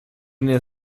mnie